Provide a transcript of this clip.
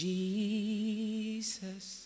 Jesus